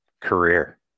career